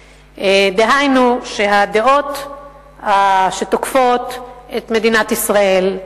דהיינו, שהדעות שתוקפות את מדינת ישראל,